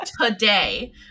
today